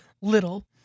little